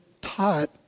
taught